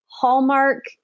Hallmark